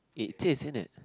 it it is isn't it